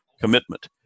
commitment